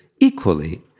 equally